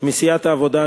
מסיעת העבודה,